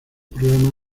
programa